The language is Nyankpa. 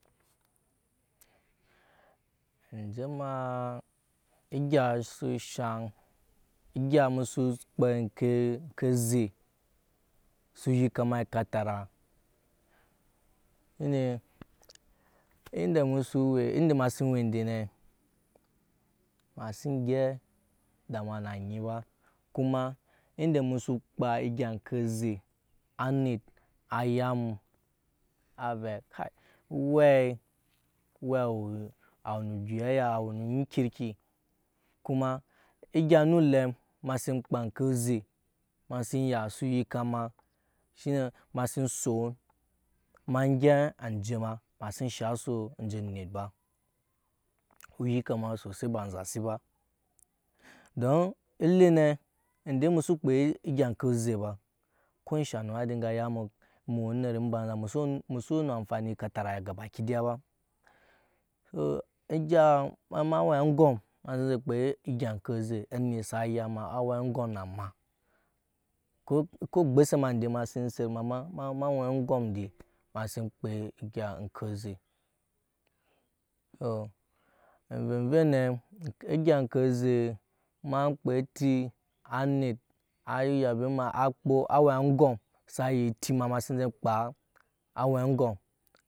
Enje ema egga su shaŋ egya musu kpaa ŋke eme eze su yike ama ekatara ende ema si we ende ne ema si engyɛp damuwa na anyi ba kuma ende musu kpaa egya oŋke oze anit aya emu a veɛ kai owɛi owɛ a we nu biyaya awe nu we kiki kuma egya ne clam ema si kpaa eŋke oze ema si ya su yika eŋke oe ema si ya su yika ma shine ema sin son ema gye̱p anje ma masi shaŋ asu anje onit ba oyika ma sosai ba enzasi ba don ele ne edan mu kpaa egya oŋke oze ba ko ensha onum adin ga ya mu emu we onit emban za musu we na amfani ekarara gabakida ba so egya ema ma we aŋgom ema si enze enje kpaa egya oŋke oze anit sa ya ema na we aŋgom na ma ko gbose ema we aŋgom enge ema si kpaa oŋke eze ema kpaa eti anit a yabe ema a we aŋgɔm sa ya eti m ema si enze kpaa awe aŋgɔm.